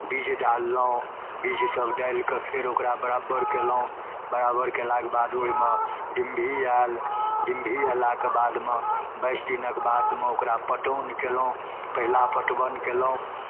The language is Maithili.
बीज डाललहुँ बीजसब डालिकऽ फेर ओकरा बराबर केलहुँ बराबर कएलाके बाद ओहिमे डिम्भी आएल डिम्भी अएलाके बादमे बाइस दिनके बादमे ओकरा पटौन केलहुँ पहिला पटवन केलहुँ